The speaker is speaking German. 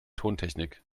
tontechnik